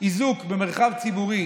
במרחב ציבורי